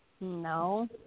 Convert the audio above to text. No